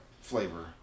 flavor